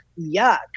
yuck